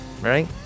Right